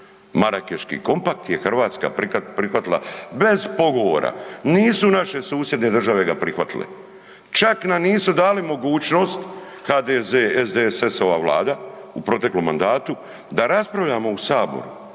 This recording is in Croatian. Marakeški komapkt je Hrvatska prihvatila bez pogovora, nisu naše susjedne države ga prihvatile, čak nam nisu dali mogućnost HDZ, SDSS-ova vlada u proteklom mandatu da raspravljamo u saboru.